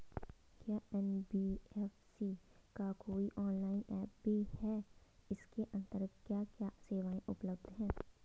क्या एन.बी.एफ.सी का कोई ऑनलाइन ऐप भी है इसके अन्तर्गत क्या क्या सेवाएँ उपलब्ध हैं?